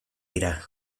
dira